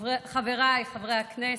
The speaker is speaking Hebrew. חבריי חברי הכנסת,